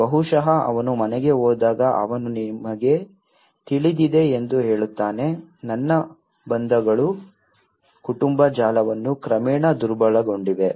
ಬಹುಶಃ ಅವನು ಮನೆಗೆ ಹೋದಾಗ ಅವನು ನಿಮಗೆ ತಿಳಿದಿದೆ ಎಂದು ಹೇಳುತ್ತಾನೆ ನನ್ನ ಬಂಧಗಳು ಕುಟುಂಬ ಜಾಲವನ್ನು ಕ್ರಮೇಣ ದುರ್ಬಲಗೊಂಡಿವೆ